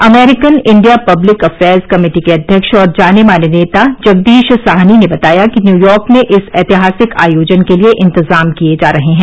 American India public affairs committee के अध्यक्ष और जाने माने नेता जगदीश साहनी ने बताया कि न्यूयॉर्क में इस ऐतिहासिक आयोजन के लिए इंतजाम किए जा रहे हैं